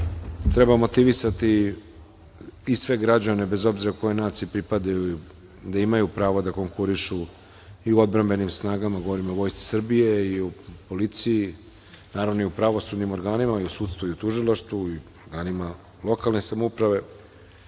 Treba motivisati i sve građane bez obzira kojoj naciji pripadaju da imaju pravo da konkurišu i u odbrambenim snagama, govorim o Vojsci Srbije i u policiji, naravno i u pravosudnim organima, u sudstvu i tužilaštvu i u organima lokalne samouprave. Verujem